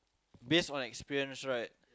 based on experience right